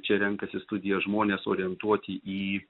čia renkasi studijas žmonės orientuoti į